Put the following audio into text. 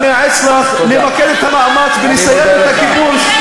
אני מייעץ לך למקד את המאמץ בלסיים את הכיבוש,